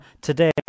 today